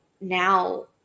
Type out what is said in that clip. now